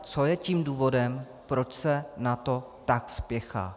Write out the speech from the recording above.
Co je tím důvodem, proč se na to tak spěchá?